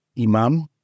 imam